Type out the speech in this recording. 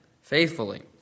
faithfully